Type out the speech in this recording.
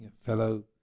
fellow